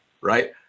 right